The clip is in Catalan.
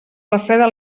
refreda